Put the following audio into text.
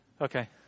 Okay